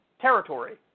territory